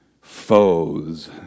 foes